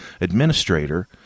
administrator